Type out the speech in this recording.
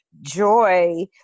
joy